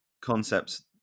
concepts